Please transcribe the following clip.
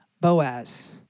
Boaz